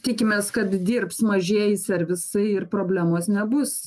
tikimės kad dirbs mažieji servisai ir problemos nebus